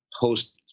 post